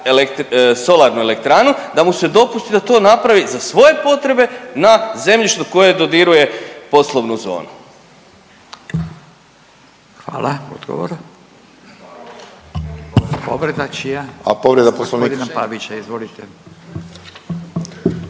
solarnu elektranu da mu se dopusti da to napravi za svoje potrebe na zemljištu koje dodiruje poslovnu zonu. **Radin, Furio (Nezavisni)**